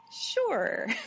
sure